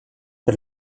per